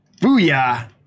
Booyah